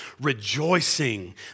rejoicing